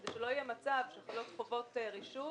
כדי שלא יהיה מצב שחלות חובות רישוי,